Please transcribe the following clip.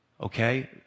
okay